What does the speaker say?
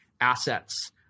assets